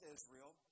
Israel